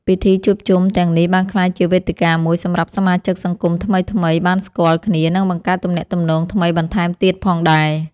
ពិធីជួបជុំទាំងនេះបានក្លាយជាវេទិកាមួយសម្រាប់សមាជិកសង្គមថ្មីៗបានស្គាល់គ្នា និងបង្កើតទំនាក់ទំនងថ្មីបន្ថែមទៀតផងដែរ។